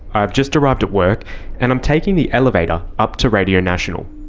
i've just arrived at work and i'm taking the elevator up to radio national.